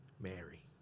Mary